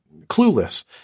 clueless